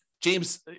James